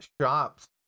shops